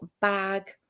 bag